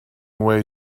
way